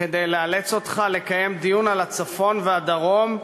כדי לאלץ אותך לקיים דיון על הצפון והדרום,